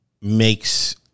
makes